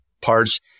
parts